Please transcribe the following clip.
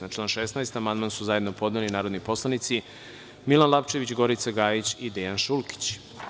Na član 16. amandman su zajedno podneli narodni poslanici Milan Lapčević, Gorica Gajić, i Dejan Šulkić.